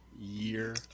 year